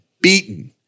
beaten